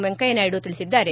ವೆಂಕಯ್ಯ ನಾಯ್ಡು ತಿಳಿಸಿದ್ದಾರೆ